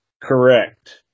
Correct